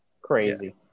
crazy